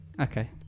Okay